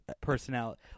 personality